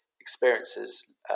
experiences